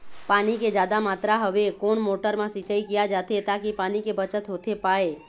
पानी के जादा मात्रा हवे कोन मोटर मा सिचाई किया जाथे ताकि पानी के बचत होथे पाए?